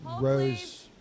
rose